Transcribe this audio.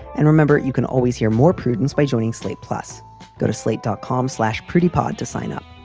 and remember, you can always hear more prudence by joining slate plus go to slate dot com slash pretty pod to sign up.